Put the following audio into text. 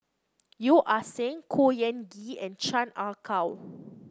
Yeo Ah Seng Khor Ean Ghee and Chan Ah Kow